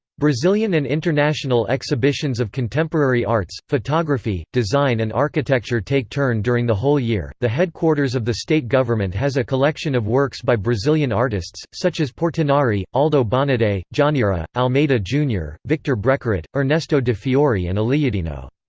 brazilian and international exhibitions of contemporary arts, photography, design and architecture take turn during the whole year the headquarters of the state government has a collection of works by brazilian artists, such as portinari, aldo bonadei, djanira, almeida junior, victor brecheret, ernesto de fiori and aleijadinho.